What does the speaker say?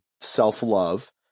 Self-love